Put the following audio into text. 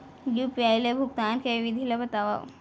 UPI ले भुगतान के विधि ला बतावव